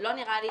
זה לא נראה לי.